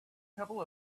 couple